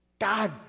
God